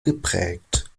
geprägt